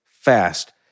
fast